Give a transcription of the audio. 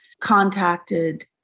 contacted